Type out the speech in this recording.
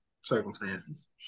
circumstances